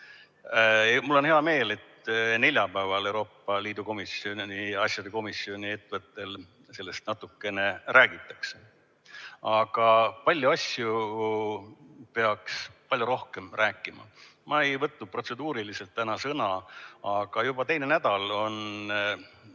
Mul on hea meel, et neljapäeval Euroopa Liidu asjade komisjoni eestvõttel sellest natukene räägitakse. Aga paljudest asjadest peaks palju rohkem rääkima. Ma ei võtnud protseduuriliselt täna sõna, aga juba teist nädalat on